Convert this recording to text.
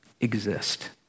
exist